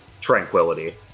tranquility